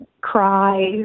cry